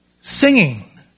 Singing